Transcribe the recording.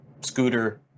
scooter